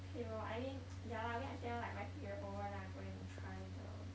okay lor I mean yeah lah I wait until like my period over then I go and try the